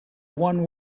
one